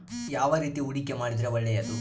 ಯಾವ ರೇತಿ ಹೂಡಿಕೆ ಮಾಡಿದ್ರೆ ಒಳ್ಳೆಯದು?